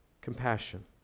compassion